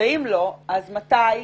ואם לא, מתי?